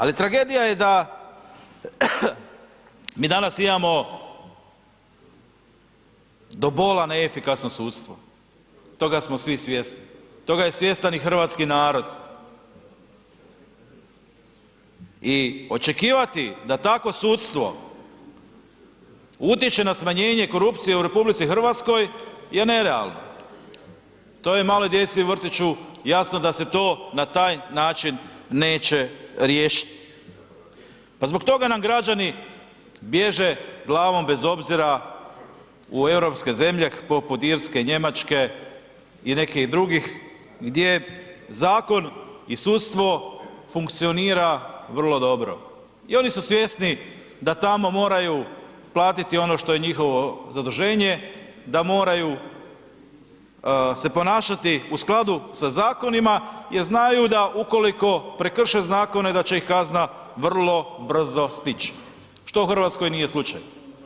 Ali tragedija je da mi danas imamo do bola neefikasno sudstvo, toga smo svi svjesni, toga je svjestan i hrvatski narod i očekivati da takvo sudstvo utječe na smanjenje korupcije u RH je nerealno, to je maloj djeci u vrtiću jasno da se to na taj način neće riješit, pa zbog toga nam građani bježe glavom bez obzira u europske zemlje poput Irske, Njemačke i nekih drugih gdje zakon i sudstvo funkcionira vrlo dobro i oni su svjesni da tamo moraju platiti ono što je njihovo zaduženje, da moraju se ponašati u skladu sa zakonima jer znaju da ukoliko prekrše zakone da će ih kazna vrlo brzo stić, što u RH nije slučaj.